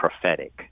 prophetic